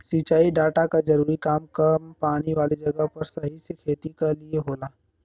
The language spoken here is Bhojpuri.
सिंचाई डाटा क जरूरी काम कम पानी वाले जगह पर सही से खेती क लिए होला